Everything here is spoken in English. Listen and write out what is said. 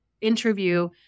interview